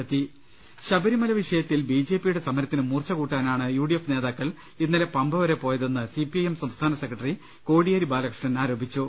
്്്്്്് ശബരിമല വിഷയത്തിൽ ബി ജെ പിയുടെ സമരത്തിന് മൂർച്ച കൂട്ടാ നാണ് യു ഡി എഫ് നേതാക്കൾ ഇന്നലെ പമ്പ വരെ പോയതെന്ന് സി പി ഐ എം സംസ്ഥാന സെക്രട്ടറി കോടിയേരി ബാലകൃഷ്ണൻ ആരോപിച്ചു